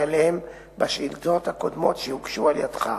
אליהם בשאילתות הקודמות שהוגשו על-ידך.